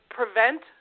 prevent